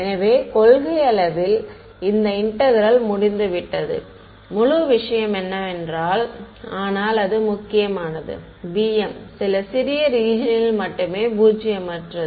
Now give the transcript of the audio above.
எனவே கொள்கையளவில் இந்த இன்டெக்ரேல் முடிந்துவிட்டது முழு விஷயம் என்னவென்றால் ஆனால் அது முக்கியமானது bm சில சிறிய ரீஜியனில் மட்டுமே பூஜ்ஜியமற்றது